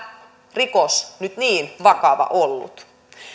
rikos nyt niin vakava ollut